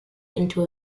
into